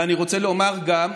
ואני רוצה לומר גם,